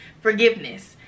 Forgiveness